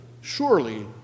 surely